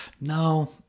no